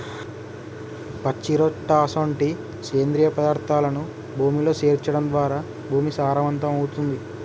పచ్చిరొట్ట అసొంటి సేంద్రియ పదార్థాలను భూమిలో సేర్చడం ద్వారా భూమి సారవంతమవుతుంది